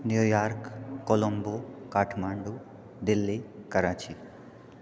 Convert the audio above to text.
New York Colombo Kathmandu Delhi Karachi